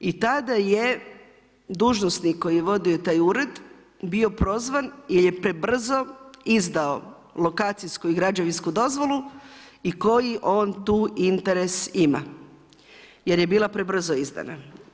I tada je dužnosnik koji je vodio taj ured bio prozvan jer je prebrzo izdao lokacijsku i građevinsku dozvolu i koji on tu interes ima jer je bila prebrzo izdana.